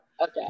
Okay